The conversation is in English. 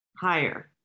higher